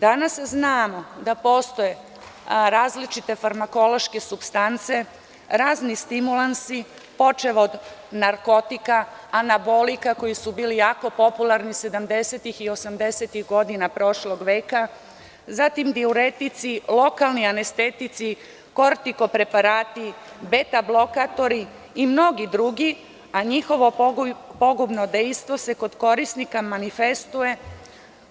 Danas znamo da postoje različite farmakološke supstance, razni stimulansi, počev od narkotika, anabolika koji su bili jako popularni 70-ih i 80-ih godina prošlog veka, zatim diuretici, lokalni anestetici, koritiko preparati, betablokatori i mnogi drugi, a njihovo pogubno dejstvo se kod korisnika manifestuje